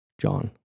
John